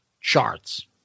Charts